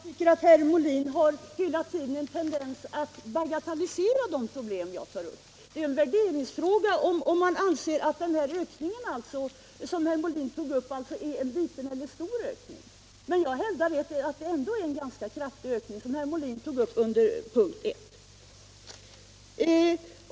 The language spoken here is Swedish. Herr talman! Herr Molin har hela tiden en tendens att bagatellisera de problem jag tar upp. Det är en värderingsfråga om man anser att den här ökningen som herr Molin tog upp under punkt 1 är liten eller stor, jag hävdar ändå att det är en ganska kraftig ökning.